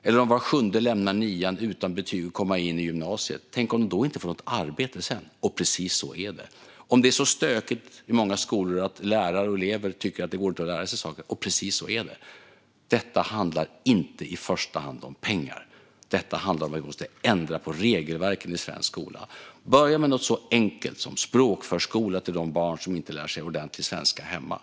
Tänk om var sjunde lämnar nian utan betyg och inte kan komma in i gymnasiet! Tänk om de då inte får något arbete! Precis så är det. Tänk om det är så stökigt i många skolor att lärare och elever inte tycker att det går att lära sig saker! Precis så är det. Detta handlar inte i första hand om pengar. Detta handlar om att vi måste ändra på regelverken i svensk skola. Vi måste börja med något så enkelt som språkförskola till de barn som inte lär sig ordentlig svenska hemma.